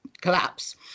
collapse